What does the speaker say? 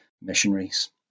missionaries